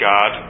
God